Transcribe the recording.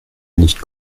nicht